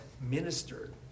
ministered